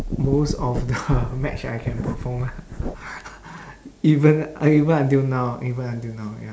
most of the match I can perform ah even even until now even until now ya